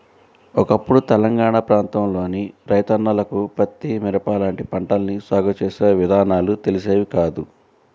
ఒకప్పుడు తెలంగాణా ప్రాంతంలోని రైతన్నలకు పత్తి, మిరప లాంటి పంటల్ని సాగు చేసే విధానాలు తెలిసేవి కాదు